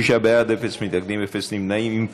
26 בעד, אפס מתנגדים, אפס נמנעים.